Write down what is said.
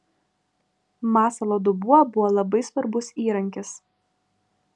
masalo dubuo buvo labai svarbus įrankis